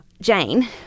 Jane